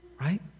right